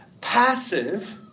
passive